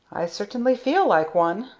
i certainly feel like one,